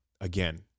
again